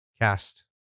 cast